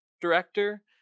director